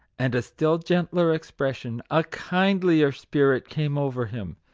and a still gentler expression, a kindlier spirit, came over him.